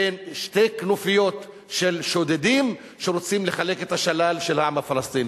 בין שתי כנופיות של שודדים שרוצים לחלק את השלל של העם הפלסטיני.